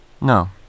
No